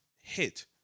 hit